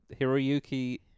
Hiroyuki